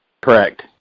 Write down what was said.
Correct